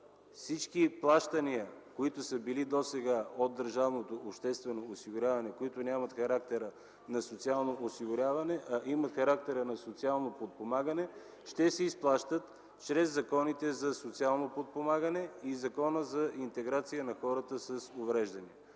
всички плащания, които са били досега от държавното обществено осигуряване, които нямат характера на социално осигуряване, а имат характера на социално подпомагане, ще се изплащат чрез законите за социално подпомагане и Закона за интеграция на хората с увреждания.